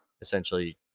essentially